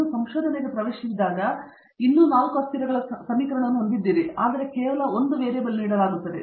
ನೀವು ಸಂಶೋಧನೆಗೆ ಪ್ರವೇಶಿಸಿದಾಗ ನೀವು ಇನ್ನೂ 4 ಅಸ್ಥಿರಗಳ ಸಮೀಕರಣವನ್ನು ಹೊಂದಿದ್ದೀರಿ ಆದರೆ ನಿಮಗೆ ಕೇವಲ 1 ವೇರಿಯೇಬಲ್ ನೀಡಲಾಗುತ್ತದೆ